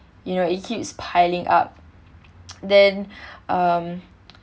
you know it keeps piling up then um